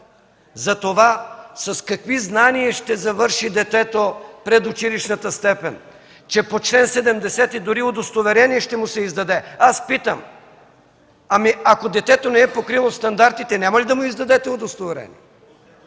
за това с какви знания ще завърши детето предучилищната степен, че по чл. 70 дори удостоверение ще му се издаде! Аз питам: ако детето не е покрило стандартите, няма ли да му издадете удостоверение?